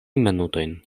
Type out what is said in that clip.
minutojn